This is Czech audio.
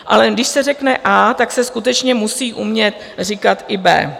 Ale když se řekne A, tak se skutečně musí umět říkat i B.